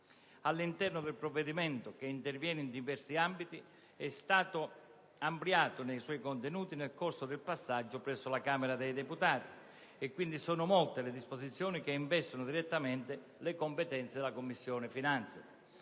sviluppo. Il provvedimento, che interviene in diversi ambiti, è stato ampliato nei suoi contenuti nel corso del passaggio presso la Camera dei deputati; quindi, sono molte le disposizioni che investono direttamente le competenze della Commissione finanze.